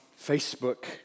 Facebook